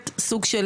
סוג של